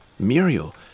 Muriel